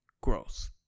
gross